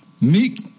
meek